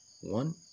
one